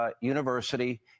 University